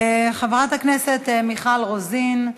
חברת הכנסת מיכל רוזין,